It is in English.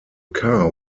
car